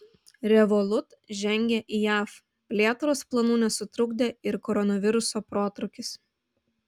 revolut žengia į jav plėtros planų nesutrukdė ir koronaviruso protrūkis